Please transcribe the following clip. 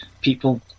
people